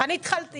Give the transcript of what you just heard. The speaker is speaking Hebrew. התחלתי